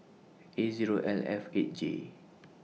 A Zero L F eight J